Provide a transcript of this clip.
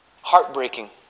heartbreaking